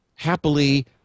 Happily